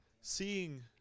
Seeing